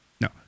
No